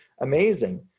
Amazing